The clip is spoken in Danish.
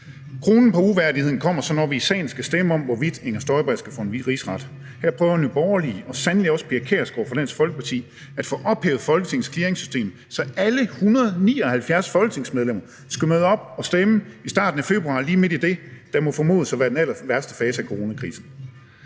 Kronen på uværdigheden kommer så, når vi i salen skal stemme om, hvorvidt Inger Støjberg skal for en rigsret. Her prøver Nye Borgerlige og sandelig også Pia Kjærsgaard fra Dansk Folkeparti at få ophævet Folketingets clearingssystem, så alle 179 folketingsmedlemmer skal møde op og stemme i starten af februar lige midt i det, der må formodes at være den allerværste fase af coronakrisen.